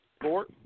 four